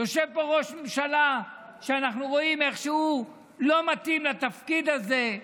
יושב פה ראש ממשלה שאנחנו רואים איך הוא לא מתאים לתפקיד הזה,